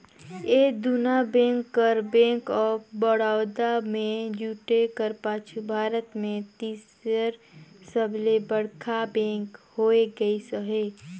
ए दुना बेंक कर bank of Baroda में जुटे कर पाछू भारत में तीसर सबले बड़खा बेंक होए गइस अहे